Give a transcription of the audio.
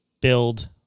build